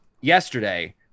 yesterday